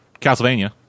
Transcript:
Castlevania